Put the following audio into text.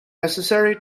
necessary